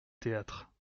théâtre